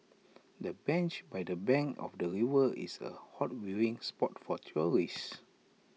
the bench by the bank of the river is A hot viewing spot for tourists